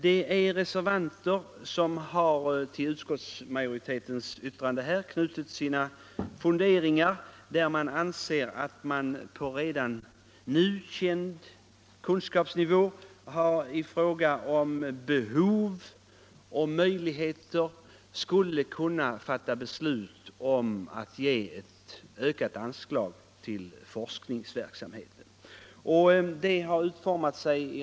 Vi är några reservanter som har framfört våra funderingar i anledning av utskottsmajoritetens skrivning. Vi anser att man på redan nu känd kunskapsnivå i fråga om behov och möjligheter skulle kunna fatta beslut om att ge ett ökat anslag till forskningsverksamheten.